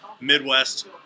Midwest